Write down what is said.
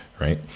Right